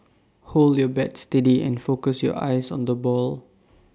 hold your bat steady and focus your eyes on the ball